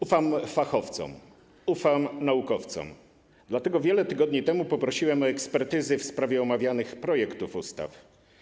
Ufam fachowcom, ufam naukowcom, dlatego wiele tygodni temu poprosiłem o ekspertyzy w sprawie omawianych projektów ustaw.